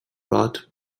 brought